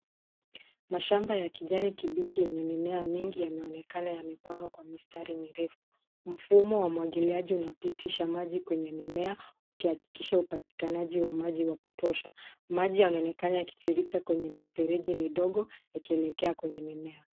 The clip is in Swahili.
Mashamba ya kijani kibichi yenye mimea mengi yameonekana yamepangwa kwa mstari mirefu. Mfumo wa umwagiliaji unapitisha maji kwenye mimea ukihakikisha upatikanaji wa maji wa kutosha. Maji yanaonekana yakitiririka kwenye mifereji midogo yakielekea kwenye mimea.